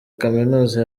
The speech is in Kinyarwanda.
kaminuza